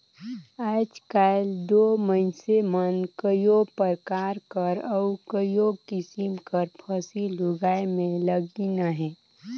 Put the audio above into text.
आएज काएल दो मइनसे मन कइयो परकार कर अउ कइयो किसिम कर फसिल उगाए में लगिन अहें